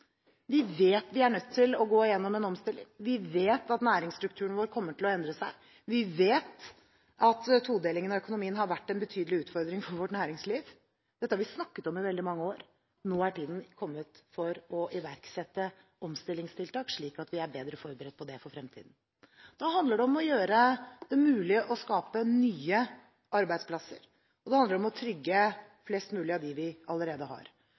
Vi vet vi er nødt til å gå igjennom en omstilling. Vi vet at næringsstrukturen vår kommer til å endre seg. Vi vet at todelingen av økonomien har vært en betydelig utfordring for vårt næringsliv. Dette har vi snakket om i veldig mange år. Nå er tiden kommet for å iverksette omstillingstiltak, slik at vi er bedre forberedt på det i fremtiden. Det handler om å gjøre det mulig å skape nye arbeidsplasser, og det handler om å trygge flest mulig av dem vi allerede har.